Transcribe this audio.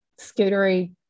Scootery